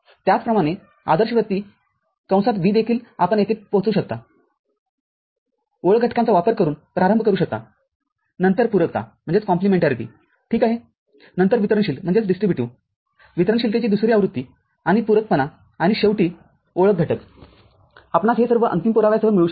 त्याचप्रमाणेआदर्शव्रत्ती देखील आपण येथे पोहोचू शकता ओळख घटकांचा वापर करुन प्रारंभ करू शकता नंतर पूरकता ठीक आहे नंतरवितरणशील वितरणशीलतेची दुसरी आवृत्ती आणि पूरकपणा आणि शेवटी ओळख घटक आपणास हे सर्व अंतिम पुराव्यासह मिळू शकते